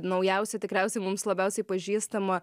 naujausi tikriausiai mums labiausiai pažįstama